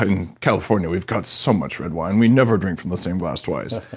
but in california we've got so much red wine. we never drink from the same glass twice.